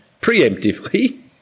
preemptively